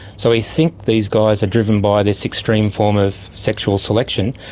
so we think these guys are driven by this extreme form of sexual selection.